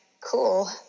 cool